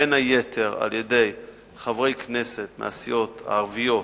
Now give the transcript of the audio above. בין היתר על-ידי חברי כנסת מהסיעות הערביות,